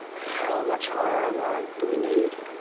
how much higher a warrant do we need?